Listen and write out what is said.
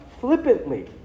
flippantly